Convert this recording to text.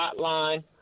hotline